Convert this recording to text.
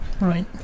Right